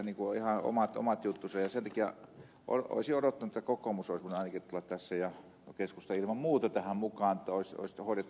sen takia olisi odottanut että kokoomus olisi voinut ainakin tässä tulla mukaan ja keskusta ilman muuta että olisi hoidettu tämä asia joustavammin mutta ei tämä nyt